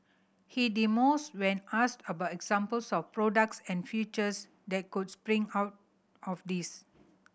he demurs when asked about examples of products and features that could spring out of this